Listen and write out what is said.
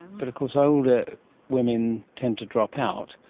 but of course older women tend to drop out.